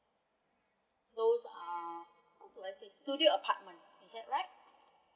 those uh how do I say studio apartment is that right